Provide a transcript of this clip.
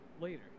later